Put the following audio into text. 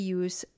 use